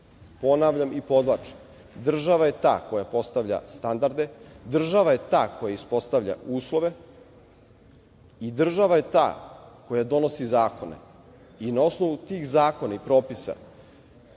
Ponavljam i podvlačim, država je ta koja postavlja standarde, država je ta koja ispostavlja uslove i država je ta koja donosi zakone i na osnovu tih zakona i propisa